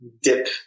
dip